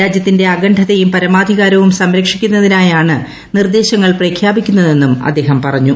രാജ്യത്തിന്റെ അഖ്ണ്ഢത്യും പരമാധികാരവും സംരക്ഷിക്കുന്നതിനായാണ് നിർദ്ദേൾങ്ങൾ പ്രഖ്യാപിക്കുന്നതെന്നും അദ്ദേഹം പറഞ്ഞു